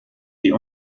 die